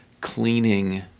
cleaning